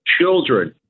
children